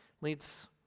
leads